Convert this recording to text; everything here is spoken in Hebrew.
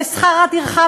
לשכר הטרחה,